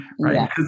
right